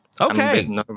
Okay